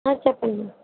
చెప్పండి మేడం